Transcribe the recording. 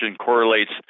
correlates